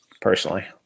Personally